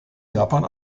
japan